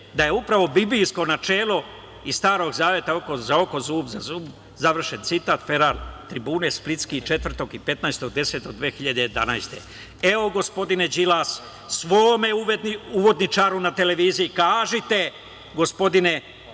da je upravo biblijsko načelo iz Starog zaveta - oko za oko, zub za zub", završen citat, "Feral tribjun" Split, 4. i 15. 10. 2011. godine. Evo, gospodine Đilas, svome uvodničaru na televiziji kažite ko je